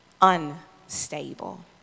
unstable